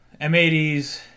M80s